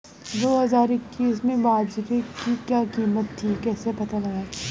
दो हज़ार इक्कीस में बाजरे की क्या कीमत थी कैसे पता लगाएँ?